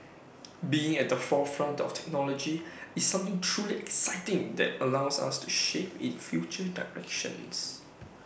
being at the forefront of technology is something truly exciting that allows us to shape its future directions